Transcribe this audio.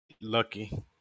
lucky